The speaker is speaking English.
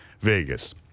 Vegas